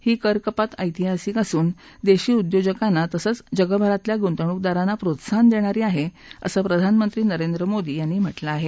ही कर कपात ऐतिहासिक असून देशी उद्योजकांना तसंच जगभरातल्या गुंतवणूकदारांना प्रोत्साहन देणारी आहे असं प्रधानमंत्री नरेंद्र मोदी यांनी म्हटलं आहे